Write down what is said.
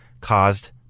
caused